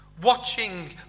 watching